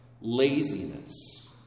laziness